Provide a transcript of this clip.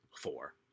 four